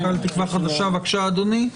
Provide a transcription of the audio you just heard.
בבקשה, אדוני.